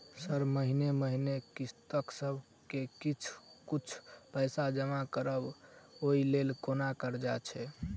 Sir महीने महीने किस्तसभ मे किछ कुछ पैसा जमा करब ओई लेल कोनो कर्जा छैय?